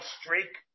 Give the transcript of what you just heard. streak